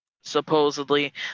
supposedly